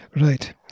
Right